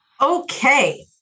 Okay